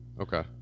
Okay